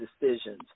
decisions